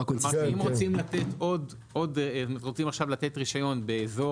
--- כלומר אם רוצים עכשיו לתת רישיון באזור